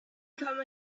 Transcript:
become